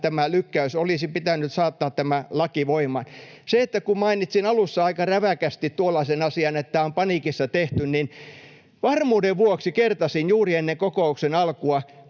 asia — olisi pitänyt saattaa tämä laki voimaan. Kun mainitsin alussa aika räväkästi tuollaisen asian, että on ”paniikissa tehty”, niin varmuuden vuoksi kertasin juuri ennen kokouksen alkua